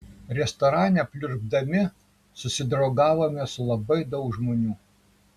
restorane pliurpdami susidraugavome su labai daug žmonių